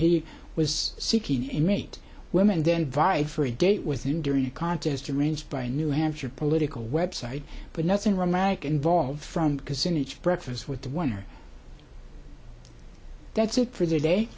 he was seeking and meet women then vie for a date with him during a contest arranged by a new hampshire political website but nothing romantic involved from because in each breakfast with the winner that's it for the day